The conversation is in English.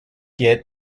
get